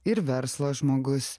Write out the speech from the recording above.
ir verslo žmogus